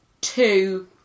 two